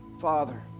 Father